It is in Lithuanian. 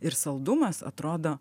ir saldumas atrodo